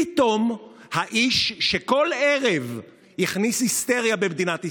פתאום האיש שכל ערב הכניס היסטריה במדינת ישראל,